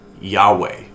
Yahweh